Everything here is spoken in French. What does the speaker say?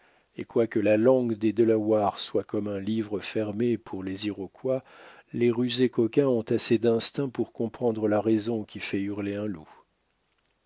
et quoique la langue des delawares soit comme un livre fermé pour les iroquois les rusés coquins ont assez d'instinct pour comprendre la raison qui fait hurler un loup